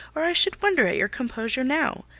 or i should wonder at your composure now.